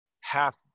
half